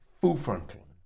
full-frontal